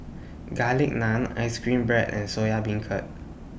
Garlic Naan Ice Cream Bread and Soya Beancurd